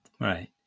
Right